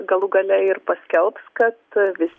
galų gale ir paskelbs kad vis